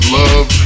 love